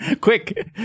Quick